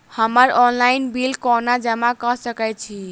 हम्मर online bill कोना जमा कऽ सकय छी?